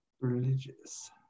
Religious